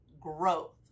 growth